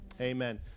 Amen